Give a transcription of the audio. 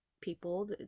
people